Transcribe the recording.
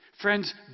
Friends